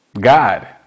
God